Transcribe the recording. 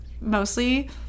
mostly